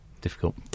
difficult